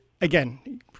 again